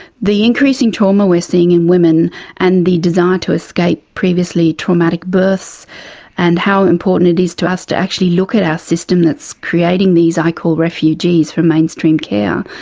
the increasing trauma we're seeing in women and the desire to escape previously traumatic births and how important it is to us to actually look at our system that's creating these. i call refugees from mainstream care,